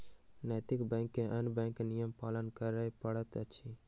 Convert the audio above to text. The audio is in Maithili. नैतिक बैंक के अन्य बैंकक नियम पालन करय पड़ैत अछि